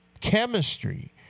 chemistry